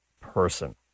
person